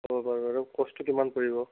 অঁ বাৰু আৰু ক'ষ্টটো কিমান পৰিব